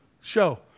show